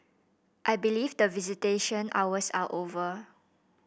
I believe that visitation hours are over